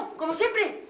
go. your